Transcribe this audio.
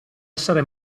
essere